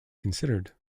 considered